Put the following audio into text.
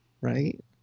Right